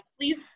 Please